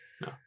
No